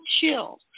chill